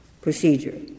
procedure